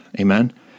Amen